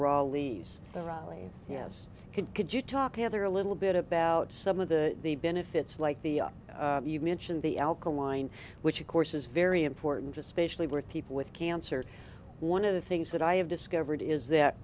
raleigh's there ali yes could could you talk the other a little bit about some of the benefits like the you mentioned the alkaline which of course is very important especially with people with cancer one of the things that i have discovered is that